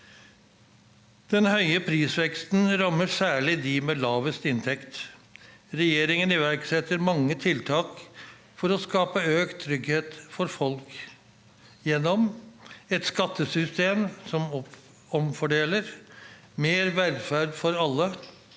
Den høye prisveksten rammer særlig dem med lavest inntekt. Regjeringen iverksetter mange tiltak for å skape økt trygghet for folk gjennom: - et skattesystem som omfordeler - mer velferd for alle